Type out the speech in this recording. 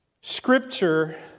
Scripture